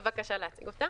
תן לי בבקשה להציג אותה.